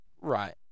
Right